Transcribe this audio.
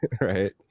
Right